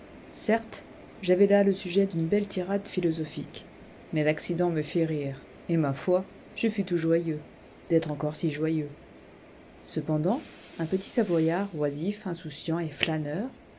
certes j'avais là le sujet d'une belle tirade philosophique mais l'accident me fit rire et ma foi je fus tout joyeux d'être encore si joyeux cependant un petit savoyard oisif insouciant et flâneur